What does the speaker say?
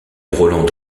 roland